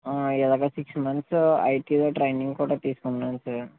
అలాగే six months ఐటిలో training కూడా తీసుకున్నాను సార్